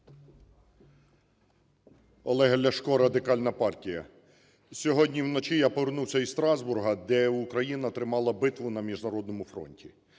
Олег Ляшко, Радикальна партія. Сьогодні вночі я повернувся із Страсбурга, де Україна тримала битву на міжнародному фронті.